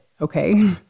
okay